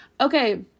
Okay